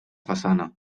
façana